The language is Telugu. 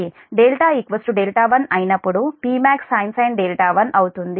δ δ1 అయినప్పుడుPmax sin 1 అవుతుంది